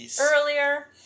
earlier